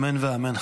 אמן ואמן.